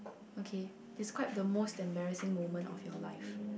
okay describe the most embarrassing moment of your life